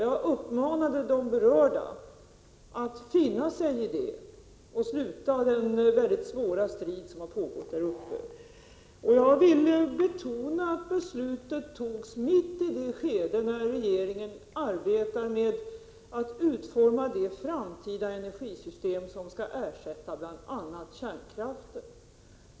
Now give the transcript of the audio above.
Jag uppmanade de berörda att finna sig i det och upphöra med den svåra strid som pågått där uppe. Jag vill betona att beslutet togs i det skede när regeringen arbetar med att utforma det framtida energisystem som skall ersätta bl.a. kärnkraften.